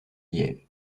yale